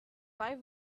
life